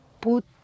put